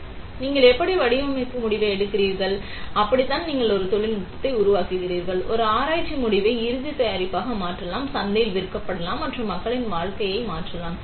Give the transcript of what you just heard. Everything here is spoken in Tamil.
எனவே நீங்கள் எப்படி வடிவமைப்பு முடிவுகளை எடுப்பீர்கள் அப்படித்தான் நீங்கள் ஒரு தொழில்நுட்பத்தை உருவாக்குகிறீர்கள் ஒரு ஆராய்ச்சி முடிவை இறுதி தயாரிப்பாக மாற்றலாம் சந்தையில் விற்கப்படலாம் மற்றும் மக்களின் வாழ்க்கையை மாற்றலாம்